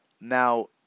Now